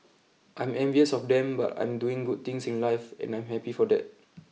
I'm envious of them but I'm doing good things in life and I'm happy for that